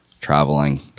traveling